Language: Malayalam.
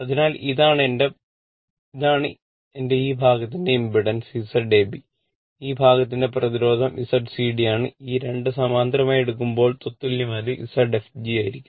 അതിനാൽ ഇതാണ് എന്റെ ഈ ഭാഗത്തിന്റെ ഇംപെഡൻസ് ആയിരിക്കും